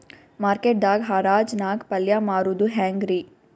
Market ದಾಗ್ ಹರಾಜ್ ನಾಗ್ ಪಲ್ಯ ಮಾರುದು ಹ್ಯಾಂಗ್ ರಿ?